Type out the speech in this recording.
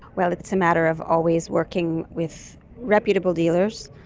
well, it's it's a matter of always working with reputable dealers.